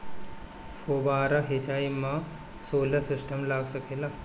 फौबारा सिचाई मै सोलर सिस्टम लाग सकेला?